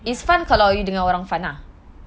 eh